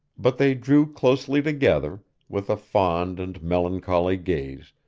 but they drew closely together, with a fond and melancholy gaze,